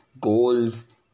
goals